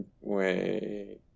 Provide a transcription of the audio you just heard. Wait